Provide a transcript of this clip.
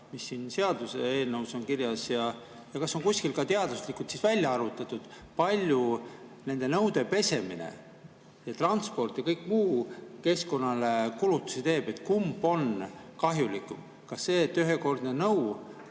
mis siin seaduseelnõus on kirjas. Ja kas on kuskil ka teaduslikult välja arvutatud, palju nende nõude pesemine, transport ja kõik muu keskkonnale kulutusi teeb? Kumb on kahjulikum? Kas ühekordsete nõude